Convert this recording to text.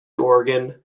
organ